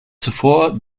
zuvor